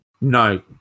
No